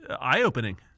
eye-opening